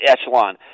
echelon